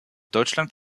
deutschland